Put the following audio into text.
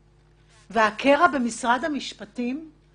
ויש לי הרבה מה להגיד על החוק הזה.